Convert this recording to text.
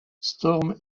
storm